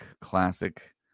classic